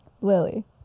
lily